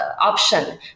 option